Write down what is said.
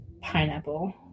pineapple